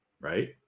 right